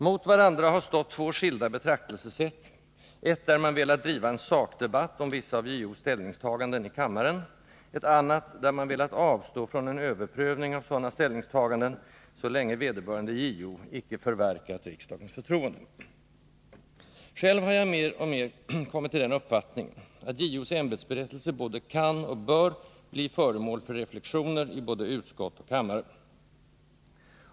Mot varandra har stått två skilda betraktelsesätt: eft där man velat driva en sakdebatt om vissa av JO:s ställningstaganden i kammaren, ett annat där man velat avstå från en överprövning av sådana ställningstaganden, så länge vederbörande JO icke förverkat riksdagens förtroende. Själv har jag mer och mer kommit till den uppfattningen att JO:s ämbetsberättelse både kan och bör bli föremål för reflexioner i både utskott och kammare.